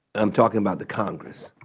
am talking about the congress.